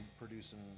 producing